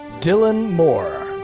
dylan moore.